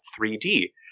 3D